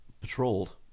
patrolled